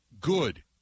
good